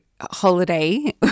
holiday